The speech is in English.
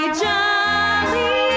jolly